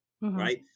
right